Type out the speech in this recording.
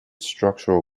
structural